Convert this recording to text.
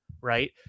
Right